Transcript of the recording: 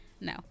no